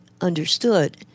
understood